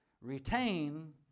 retain